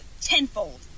tenfold